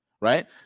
Right